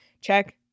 check